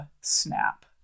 snap